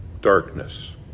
Darkness